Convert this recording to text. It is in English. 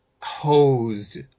hosed